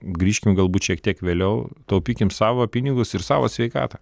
grįžkim galbūt šiek tiek vėliau taupykime savo pinigus ir savo sveikatą